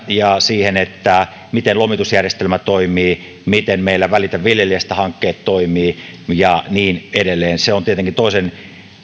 ja siihen miten lomitusjärjestelmä toimii miten meillä välitä viljelijästä hankkeet toimivat ja niin edelleen se on tietenkin toisen